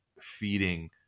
feeding